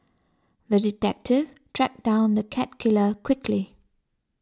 the detective tracked down the cat killer quickly